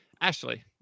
ashley